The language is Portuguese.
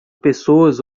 pessoas